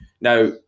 Now